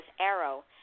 Arrow